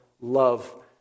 love